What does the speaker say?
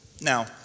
Now